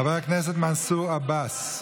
חבר הכנסת מנסור עבאס.